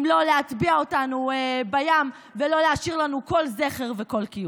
אם לא להטביע אותנו בים ולא להשאיר לנו כל זכר וכל קיום.